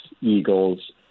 eagles